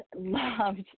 loved